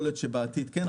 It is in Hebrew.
יכול להיות שבעתיד כן,